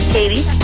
Katie